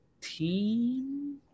team